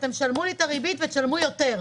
אתם תשלמו לי את הריבית ותשלמו יותר.